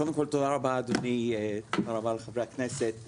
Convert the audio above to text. קודם כל תודה רבה אדוני, תודה רבה לחברי הכנסת.